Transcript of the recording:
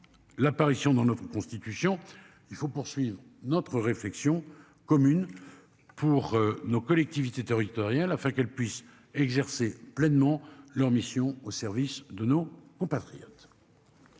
L'apparition dans notre Constitution. Il faut poursuivre notre réflexion commune. Pour nos collectivités territoriales afin qu'elle puisse exercer pleinement leur mission au service de nos compatriotes.